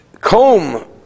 comb